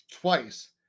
twice